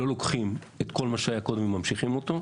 לא לוקחים את כל מה שהיה קודם וממשיכים אותו,